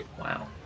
Wow